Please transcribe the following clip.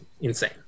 Insane